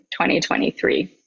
2023